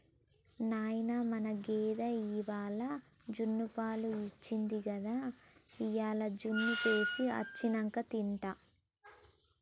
నాయనా మన గేదె ఇవ్వాల జున్నుపాలు ఇచ్చింది గదా ఇయ్యాల జున్ను సెయ్యి అచ్చినంక తింటా